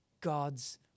God's